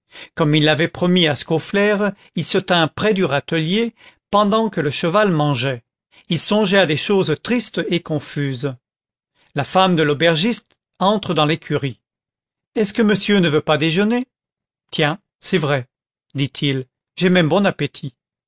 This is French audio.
comme il l'avait promis à scaufflaire il se tint près du râtelier pendant que le cheval mangeait il songeait à des choses tristes et confuses la femme de l'aubergiste entre dans l'écurie est-ce que monsieur ne veut pas déjeuner tiens c'est vrai dit-il j'ai même bon appétit